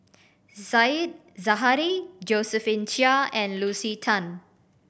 Said Zahari Josephine Chia and Lucy Tan